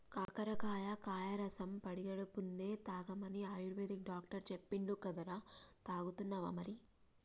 కాకరకాయ కాయ రసం పడిగడుపున్నె తాగమని ఆయుర్వేదిక్ డాక్టర్ చెప్పిండు కదరా, తాగుతున్నావా మరి